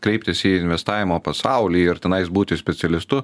kreiptis į investavimo pasaulį ir tenais būti specialistu